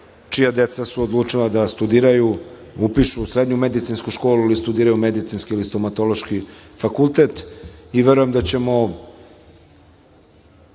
čija deca su odlučila da studiraju, upišu srednju medicinsku školu ili studiraju medicinski i stomatološki fakultet